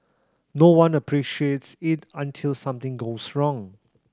no one appreciates it until something goes wrong